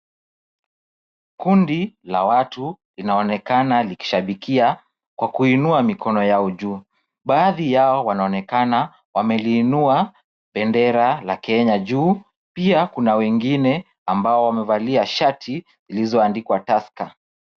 Kundi la watu, linaonekana likishabikia kwa kuinua mikono yao juu. Baadhi yao wanaonekana wameliinua bendera la Kenya juu. Wengine wamevalia shati zilizoandikwa Tusker .